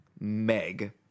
Meg